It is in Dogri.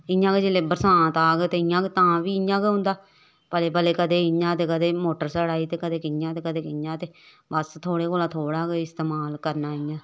इ'यां गै जेल्लै बरसांत आग ते इयां गै तां बी इ'यां गै होंदा पलें पलेें कदें इ'यां ते कदें मोटर सड़ा दी ते कदें कि'यां ते कदें कि'यां ते बस थोह्ड़े कोला थोह्ड़ा गै इस्तमाल करना इ'यां